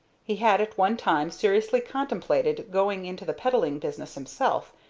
he had at one time seriously contemplated going into the peddling business himself,